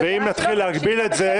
--- ואם נתחיל להגביל את זה,